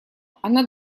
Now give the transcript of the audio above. она